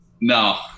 No